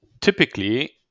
typically